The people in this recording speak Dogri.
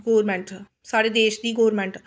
गौरमैंट साढ़े देश दी गौरमैंट